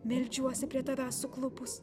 meldžiuosi prie tavęs suklupus